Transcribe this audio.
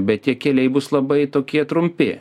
bet tie keliai bus labai tokie trumpi